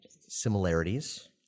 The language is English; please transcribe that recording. similarities